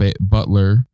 Butler